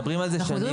מדברים על זה שנים.